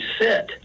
sit